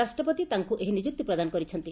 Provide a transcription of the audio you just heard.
ରାଷ୍ଟପତି ତାଙ୍କୁ ଏହି ନିଯୁକ୍ତି ପ୍ରଦାନ କରିଛନ୍ତି